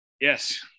Yes